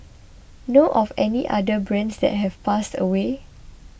know of any other brands that have passed away